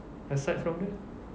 aside from that